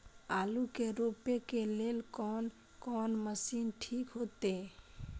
आलू के रोपे के लेल कोन कोन मशीन ठीक होते?